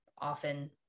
often